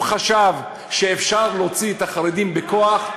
מי שחושב שאפשר להוציא את החרדים בכוח,